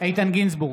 איתן גינזבורג,